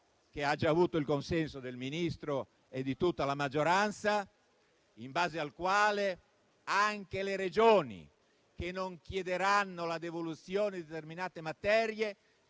che ha già avuto il consenso del Ministro e di tutta la maggioranza, in base al quale anche alle Regioni che non chiederanno la devoluzione di determinate materie